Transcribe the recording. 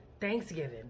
Thanksgiving